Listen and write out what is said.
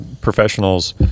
professionals